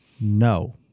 No